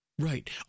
right